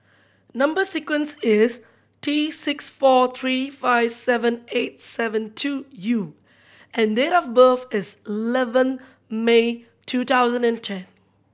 number sequence is T six four three five seven eight seven two U and date of birth is eleven May two thousand and ten